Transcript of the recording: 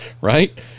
Right